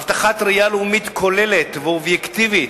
הבטחת ראייה לאומית כוללת ואובייקטיבית,